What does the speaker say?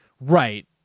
Right